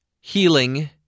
healing